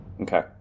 Okay